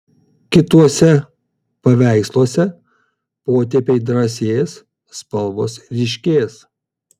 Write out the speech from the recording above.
kituose paveiksluose potėpiai drąsės spalvos ryškės